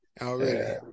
already